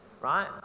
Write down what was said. right